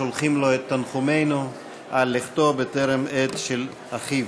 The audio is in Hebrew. שולחים לו את תנחומינו על לכתו בטרם עת של אחיו.